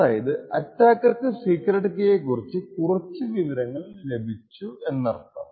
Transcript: അതായതു അറ്റാക്കർക്കു സീക്രെട്ട് കീയെ കുറിച്ച് കുറച്ചു വിവരങ്ങൾ ലഭിച്ചു എന്നർത്ഥം